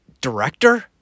director